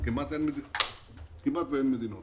כמעט ואין מדינה כזאת.